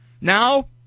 Now